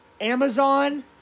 Amazon